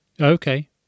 Okay